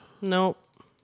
Nope